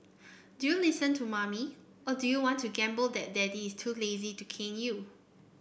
do you listen to mummy or do you want to gamble that daddy is too lazy to cane you